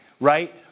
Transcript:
right